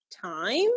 time